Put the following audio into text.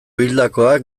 hildakoak